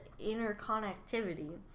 interconnectivity